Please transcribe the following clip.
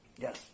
Yes